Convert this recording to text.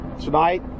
Tonight